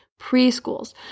preschools